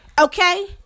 okay